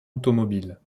automobile